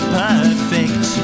perfect